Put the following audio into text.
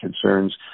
concerns